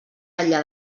enllà